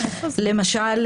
למשל,